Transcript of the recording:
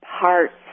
parts